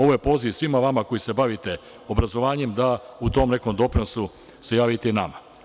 Ovo je poziv svima vama koji sa bavite obrazovanjem da u tom nekom doprinosu se javite nama.